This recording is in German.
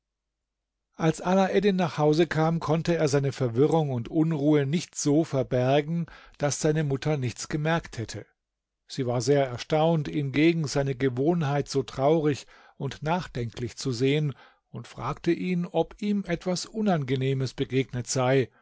als alaeddin nach hause kam konnte er seine verwirrung und unruhe nicht so verbergen daß seine mutter nichts gemerkt hätte sie war sehr erstaunt ihn gegen seine gewohnheit so traurig und nachdenklich zu sehen und fragte ihn ob ihm etwas unangenehmes begegnet sei